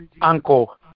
uncle